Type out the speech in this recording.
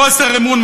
חוסר אמון,